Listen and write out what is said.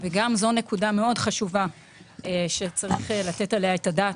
גם זו נקודה מאוד חשובה שצריך לתת עליה את הדעת,